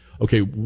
okay